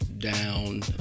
down